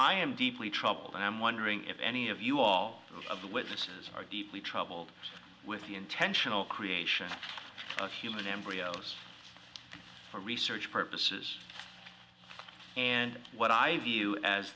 i am deeply troubled and i'm wondering if any of you all of the witnesses are deeply troubled with the intentional creation of human embryos for research purposes and what i view as